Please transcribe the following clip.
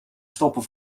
stoppen